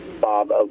Bob